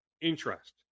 interest